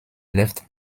left